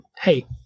hey